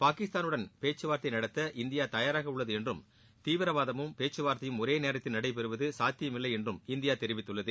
பாகிஸ்தானுடன் பேச்சு வார்த்தை நடத்த இந்தியா தயாராக உள்ளது என்றும் தீவிரவாதமும் பேச்சுவார்த்தையும் ஒரே நேரத்தில் நடைபெறுவது சாத்தியமில்லை என்றும் இந்தியா தெரிவித்துள்ளது